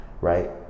Right